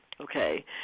okay